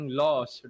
laws